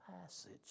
passage